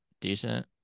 decent